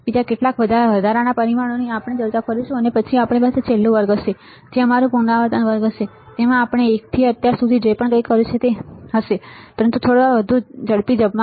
બીજા કેટલાક વધારાના પરિમાણોની આપણે ચર્ચા કરીશું અને પછી આપણી પાસે છેલ્લું વર્ગ હશે જે અમારું પુનરાવર્તન વર્ગ હશે જેમાં આપણે ધોરણ 1 થી અત્યાર સુધી જે કંઈ કર્યું છે તે હશે પરંતુ થોડા વધુ ઝડપી ઢબમાં